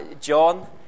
John